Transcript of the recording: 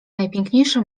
najpiękniejszy